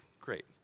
Great